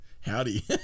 howdy